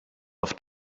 auf